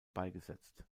beigesetzt